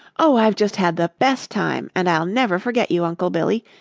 oh, i've just had the best time, and i'll never forget you, uncle billy.